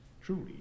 truly